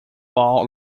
ball